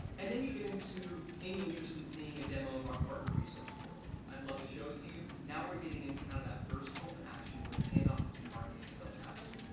and then you get into any interest in seeing a demo of our partner resource portal. i'd love to show it to you. now we're getting into kind of that first call to action where the hand off between marketing and sales happens.